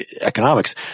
economics